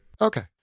Okay